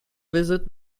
visit